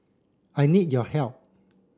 I need your help